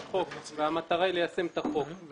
יש חוק והמטרה היא ליישם את החוק.